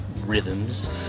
rhythms